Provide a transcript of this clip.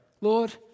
Lord